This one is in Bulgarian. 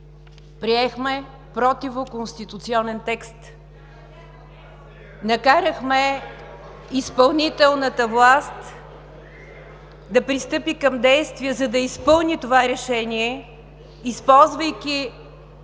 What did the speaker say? Приехме противоконституционен текст. (Шум и реплики от ГЕРБ.) Накарахме изпълнителната власт да пристъпи към действия, за да изпълни това решение, използвайки